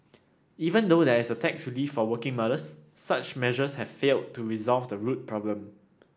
even though there is tax relief for working mothers such measures have failed to resolve the root problem